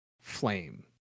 flame